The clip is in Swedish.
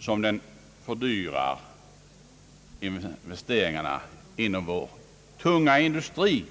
som den fördyrar investeringarna inom vår tunga industri.